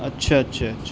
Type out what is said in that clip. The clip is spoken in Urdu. اچھا اچھا اچھا